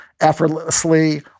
effortlessly